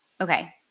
okay